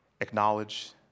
acknowledge